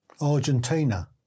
Argentina